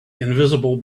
invisible